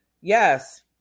Yes